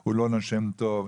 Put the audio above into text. הוא לא נושם טוב,